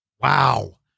wow